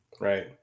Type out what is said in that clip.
Right